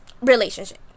relationship